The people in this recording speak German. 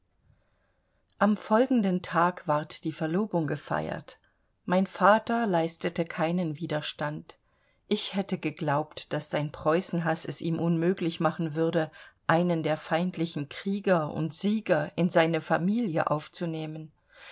am folgenden tag ward die verlobung gefeiert mein vater leistete keinen widerstand ich hätte geglaubt daß sein preußenhaß es ihm unmöglich machen würde einen der feindlichen krieger und sieger in seine familie aufzunehmen